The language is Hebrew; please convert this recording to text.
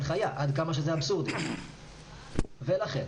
עד כמה שזה אבסורדי אין כזו הנחיה.